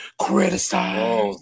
criticize